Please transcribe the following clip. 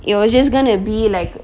you'll just gonna be like